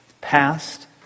past